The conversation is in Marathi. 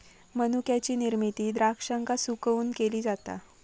मनुक्याची निर्मिती द्राक्षांका सुकवून केली जाता